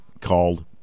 called